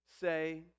say